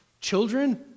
Children